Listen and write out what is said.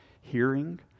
hearing